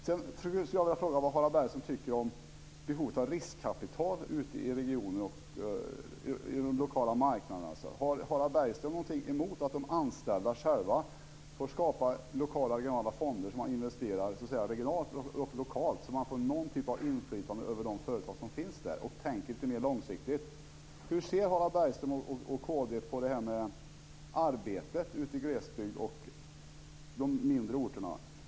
Sedan skulle jag vilja fråga vad Harald Bergström tycker om behovet av riskkapital ute i regioner och på de lokala marknaderna. Har Harald Bergström något emot att de anställda själva får skapa lokala och regionala fonder så att man investerar regionalt och lokalt och därigenom får någon typ av inflytande över de företag som finns där och kan tänka lite mer långsiktigt? Hur ser Harald Bergström och kd på arbetet ute i glesbygden och de mindre orterna?